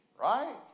Right